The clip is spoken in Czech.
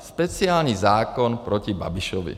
Speciální zákon proti Babišovi.